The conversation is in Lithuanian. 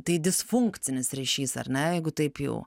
tai disfunkcinis ryšys ar ne jeigu taip jau